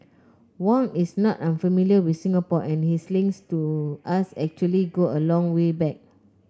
Wang is not unfamiliar with Singapore and his links to us actually go a long way back